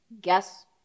Guess